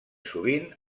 sovint